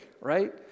Right